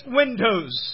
windows